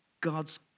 God's